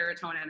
serotonin